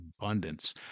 abundance